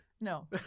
No